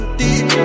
deep